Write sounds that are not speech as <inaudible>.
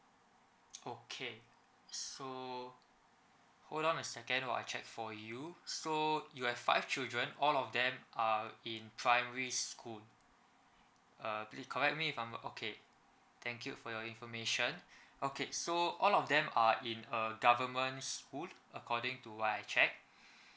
okay so hold on a second while I check for you so you have five children all of them are in primary school uh please correct me if I'm okay thank you for your information okay so all of them are in a government's school according to what I check <breath>